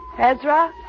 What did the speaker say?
Ezra